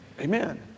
amen